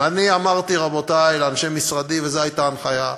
ואני אמרתי לאנשי משרדי, וזאת הייתה ההנחיה: